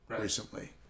recently